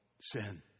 sin